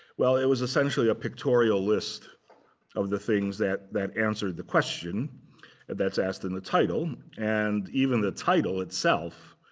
well, it was essentially a pictorial list of the things that that answered the question that's asked in the title. and even the title itself